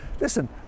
Listen